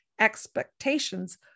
expectations